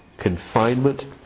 confinement